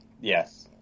Yes